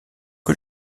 que